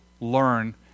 learn